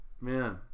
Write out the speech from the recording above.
Man